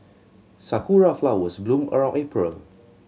sakura flowers bloom around April